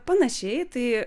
panašiai tai